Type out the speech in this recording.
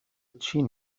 چین